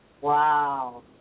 Wow